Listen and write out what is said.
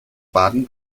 baden